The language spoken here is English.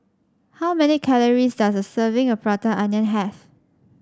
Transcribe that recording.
how many calories does a serving of Prata Onion have